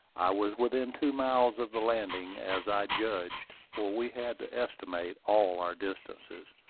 i was within two miles of the landing, as i judged, for we had to estimate all our distances,